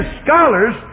scholars